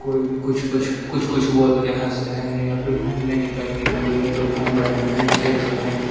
कोई भी कुछ कुछ कुछ कुछ बोल कर हँस रहे हैं या फिर घूमने ही कहीं निकल गए तो घूम रहे हैं खेत में